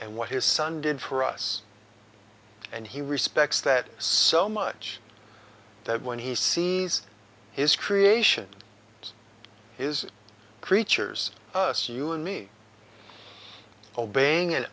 and what his son did for us and he respects that so much that when he sees his creation his creatures us you and me obeying